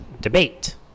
debate